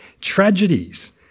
Tragedies